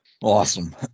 Awesome